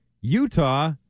Utah